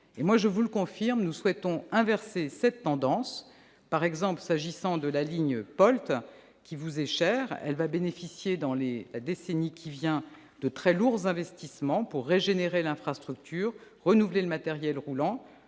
terme. Je vous le confirme, nous souhaitons inverser cette tendance. Par exemple, la ligne POLT, qui vous est chère, bénéficiera dans les décennies à venir de très lourds investissements pour régénérer l'infrastructure, renouveler le matériel roulant,